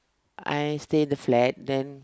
I stay in the flat then